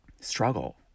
struggle